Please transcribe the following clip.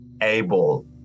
able